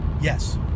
Yes